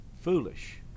foolish